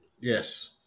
Yes